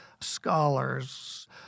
scholars